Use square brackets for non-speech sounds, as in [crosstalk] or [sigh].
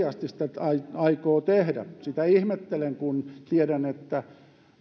[unintelligible] asti se sitä aikoo tehdä sitä ihmettelen kun tiedän että